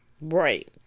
Right